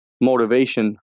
motivation